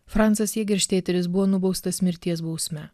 francas jėgerštėteris buvo nubaustas mirties bausme